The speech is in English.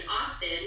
Austin